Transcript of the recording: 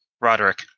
Roderick